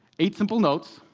eight simple notes.